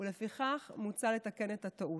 ולפיכך מוצע לתקן את הטעות.